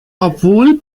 obwohl